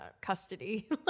custody